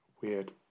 weird